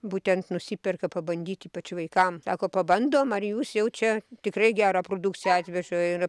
būtent nusiperka pabandyt ypač vaikam sako pabandom ar jūs jau čia tikrai gerą produkciją atvežiu ir